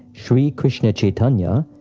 shri krishna chaitanya,